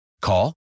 Call